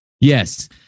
yes